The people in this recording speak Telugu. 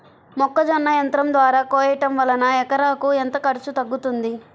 మొక్కజొన్న యంత్రం ద్వారా కోయటం వలన ఎకరాకు ఎంత ఖర్చు తగ్గుతుంది?